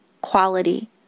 quality